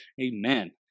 Amen